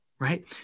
Right